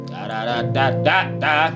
Da-da-da-da-da-da